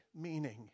meaning